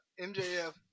MJF